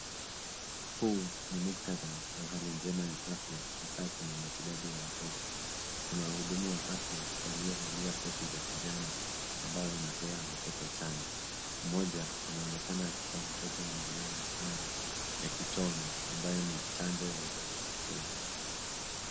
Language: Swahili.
Huu ni muktadha wa hali njema ya afya hasa kwenye matibabu ya watoto. Kuna wahudumu wa afya waliovalia koti za kijani ambao wanapea watoto chanjo. Mmoja anaonekana akipa mtoto mvulana chanjo ya kitone ambayo ni chanjo ya ugonjwa wa Polio.